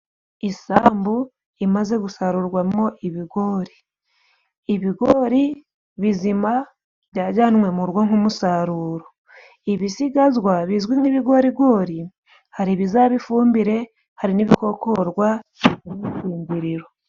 Isambu imaze gusarurwamo ibigori. Ibigori bizima byajyanywe mu rugo nk'umusaruro, ibisigazwa bizwi nk'ibigorigori hari ibizaba ifumbire, hari n'ibikokorwa bivemo imishingiriro.